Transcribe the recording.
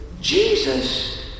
Jesus